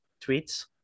tweets